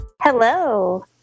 Hello